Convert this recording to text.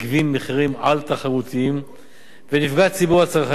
מחירים על-תחרותיים ונפגע ציבור הצרכנים,